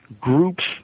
groups